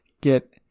get